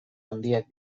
handiak